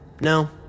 No